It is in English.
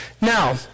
Now